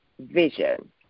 vision